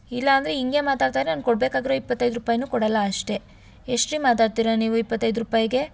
ಇಲ್ಲ ಅಂದರೆ ಹಿಂಗೆ ಮಾತಾಡ್ತಾ ಇದ್ದರೆ ನಾನು ಕೊಡಬೇಕಾಗಿರೋ ಇಪ್ಪತ್ತೈದು ರೂಪಾಯಿನೂ ಕೊಡಲ್ಲ ಅಷ್ಟೇ ಎಷ್ಟು ರೀ ಮಾತಾಡ್ತೀರಾ ನೀವು ಇಪ್ಪತ್ತೈದು ರೂಪಾಯಿಗೆ